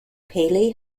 pali